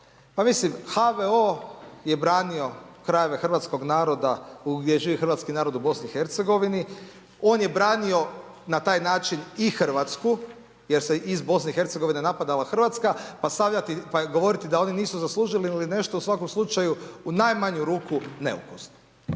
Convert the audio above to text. pa mislim HVO je branio krajeve hrvatskog naroda, gdje živi narod u BIH, on je branio na taj način i Hrvatsku, jer se iz BIH napadala Hrvatska, pa govoriti, da oni nisu zaslužili ili nešto, u svakom slučaju, u najmanju ruku neukusno.